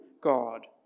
God